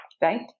right